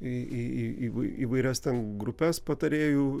į į į įvairias ten grupes patarėjų